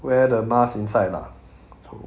wear the mask inside lah